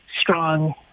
strong